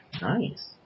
Nice